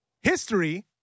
History